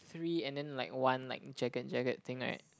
three and then like one like jagged jagged thing right